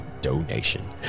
donation